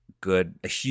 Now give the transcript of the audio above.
good